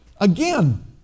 again